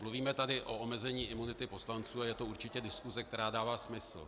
Mluvíme tady o omezení imunity poslanců a je to určitě diskuse, která dává smysl.